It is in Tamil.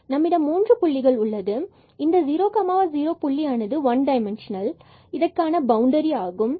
எனவே நம்மிடம் மூன்று புள்ளிகள் உள்ளது இந்த 00 புள்ளியானது டைமண்சனல் கான பவுண்டரி ஆகும்